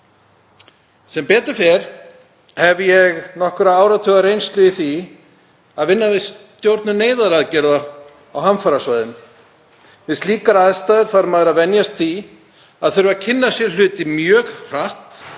Sem betur fer hef ég nokkurra áratuga reynslu í því að vinna við stjórnun neyðaraðgerða á hamfarasvæðum. Við slíkar aðstæður þarf maður að venjast því að þurfa að kynna sér hluti mjög hratt